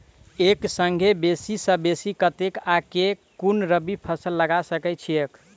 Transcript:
एक संगे बेसी सऽ बेसी कतेक आ केँ कुन रबी फसल लगा सकै छियैक?